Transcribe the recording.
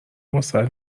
واست